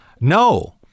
No